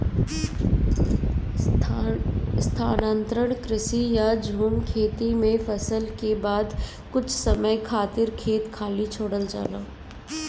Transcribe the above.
स्थानांतरण कृषि या झूम खेती में फसल के बाद कुछ समय खातिर खेत खाली छोड़ल जाला